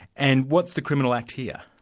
and what's the criminal act here?